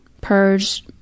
purge